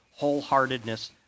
wholeheartedness